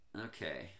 Okay